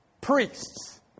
priests